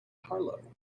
carlow